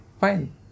Fine